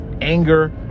Anger